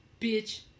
Bitch